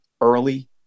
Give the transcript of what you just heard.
early